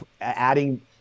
adding